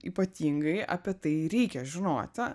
ypatingai apie tai reikia žinoti